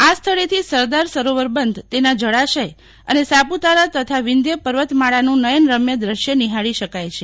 આ સ્થળેથી સરદાર સરોવર બંધ તેના જળાશય અને સાપુતારા તથા વિંધ્ય પર્વતમાળાનું નયનરમ્ય દેશ્ય નિહાળી શકાય છે